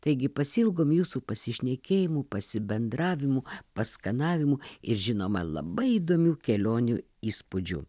taigi pasiilgom jūsų pasišnekėjimų pasibendravimų paskanavimų ir žinoma labai įdomių kelionių įspūdžių